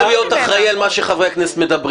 אני לא יכול להיות אחראי על מה שחברי כנסת אומרים,